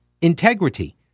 Integrity